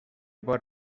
بارم